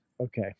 Okay